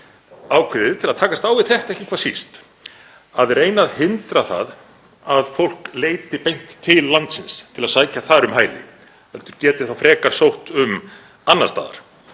ákveðið til að takast á við þetta ekki hvað síst, að reyna að hindra það að fólk leiti beint til landsins til að sækja þar um hæli heldur geti þá frekar sótt um annars staðar.